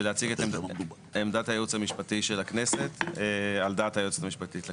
ולהציג את עמדת הייעוץ המשפטי של הכנסת על דעת היועצת המשפטית לכנסת.